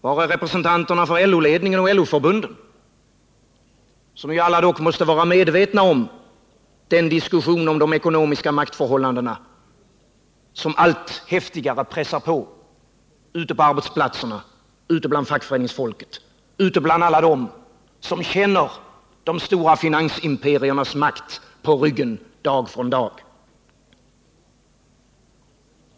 Var är representanterna för LO-ledningen och LO förbunden, som ju alla dock måste vara medvetna om den diskussion om de ekonomiska maktförhållandena som allt häftigare pressar på ute på arbetsplatserna, ute bland fackföreningsfolket och ute bland alla dem som på ryggen dag för dag känner de stora finansimperiernas makt?